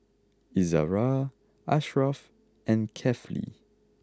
Izzara Ashraff and Kefli